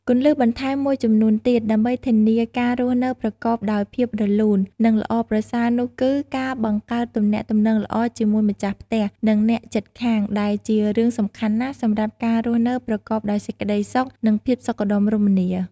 គន្លឹះបន្ថែមមួយចំនួនទៀតដើម្បីធានាការរស់នៅប្រកបដោយភាពរលូន និងល្អប្រសើរនោះគឺការបង្កើតទំនាក់ទំនងល្អជាមួយម្ចាស់ផ្ទះ និងអ្នកជិតខាង ដែលជារឿងសំខាន់ណាស់សម្រាប់ការរស់នៅប្រកបដោយសេចក្តីសុខ និងភាពសុខដុមរមនា។